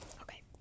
okay